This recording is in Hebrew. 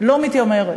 לא מתיימרת.